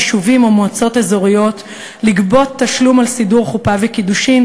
יישובים ומועצות אזוריות לגבות תשלום על סידור חופה וקידושין